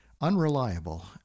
unreliable